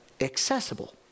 Accessible